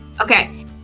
Okay